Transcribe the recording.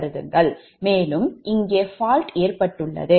மேலும் இங்கே fault ஏற்பட்டுள்ளது